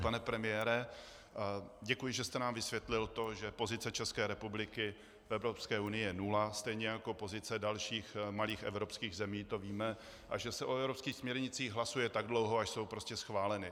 Pane premiére, děkuji, že jste nám vysvětlil to, že pozice České republiky v Evropské unii je nula, stejně jako pozice dalších malých evropských zemí, to víme, a že se o evropských směrnicích hlasuje tak dlouho, až jsou prostě schváleny.